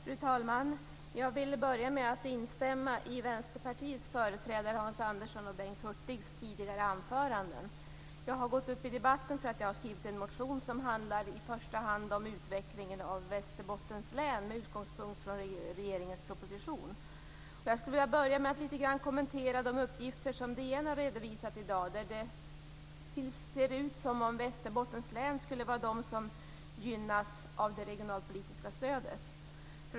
Fru talman! Jag vill börja med att instämma i Bengt Hurtigs tidigare anföranden. Jag har gått upp i debatten därför att jag har skrivit en motion som i första hand handlar om utvecklingen av Västerbottens län med utgångspunkt i regeringens proposition. Jag skulle vilja börja med att litet grand kommentera de uppgifter som DN har redovisat i dag. Där ser det ut som om Västerbottens län skulle gynnas av det regionalpolitiska stödet.